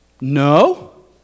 No